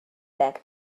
back